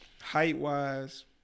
height-wise